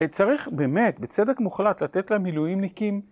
צריך באמת, בצדק מוחלט, לתת למילואמניקים.